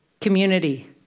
community